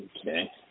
Okay